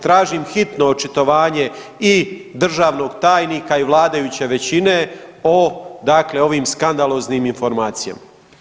Tražim hitno očitovanje i državnog tajnika i vladajuće većine o dakle ovim skandaloznim informacijama.